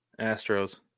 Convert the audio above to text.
Astros